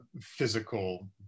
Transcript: physical